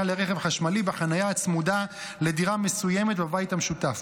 לרכב חשמלי בחניה הצמודה לדירה מסוימת בבית המשותף.